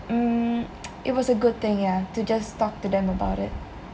mm it was a good thing yah to just talk to them about it